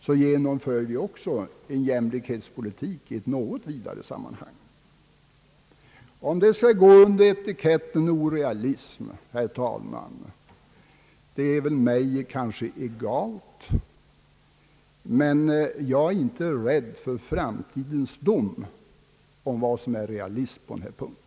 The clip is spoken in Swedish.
Så genomför vi också en jämlikhetspolitik i ett något vidare sammanhang. Om det resonemang jag fört skall förses med etiketten orealistiskt, är mig egalt, men jag är inte rädd för framtidens dom om vad som är realism på den här punkten.